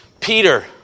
Peter